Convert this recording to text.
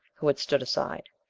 who had stood aside.